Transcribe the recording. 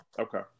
Okay